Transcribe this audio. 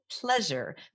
Pleasure